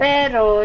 Pero